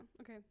okay